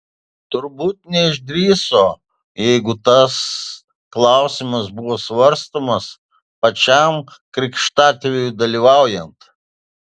turbūt neišdrįso jeigu tas klausimas buvo svarstomas pačiam krikštatėviui dalyvaujant